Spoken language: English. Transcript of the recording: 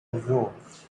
azores